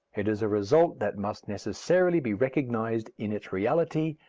it is a result that must necessarily be recognized in its reality,